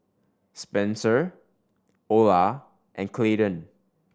Spencer Ola and Clayton